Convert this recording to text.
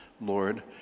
Lord